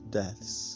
deaths